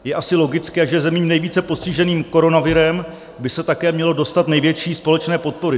Je asi logické, že zemím nejvíce postiženým koronavirem by se také mělo dostat největší společné podpory.